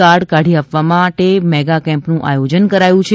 card કાઢી આપવા માટે મેગા કેમ્પનું આયોજન પણ કરાયું છે